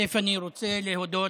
אני רוצה להודות